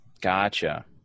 Gotcha